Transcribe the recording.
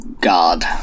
god